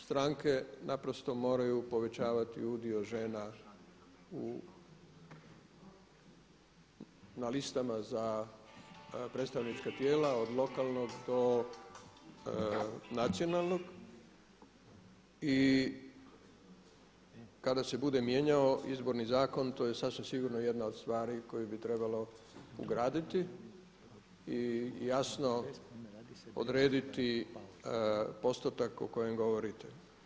Stranke naprosto moraju povećavati udio žena na listama za predstavnička tijela od lokalnog do nacionalnog i kada se bude mijenjao Izborni zakon to je sasvim sigurno jedna od stvari koje bi trebalo ugraditi i jasno odrediti postotak o kojem govorite.